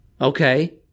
Okay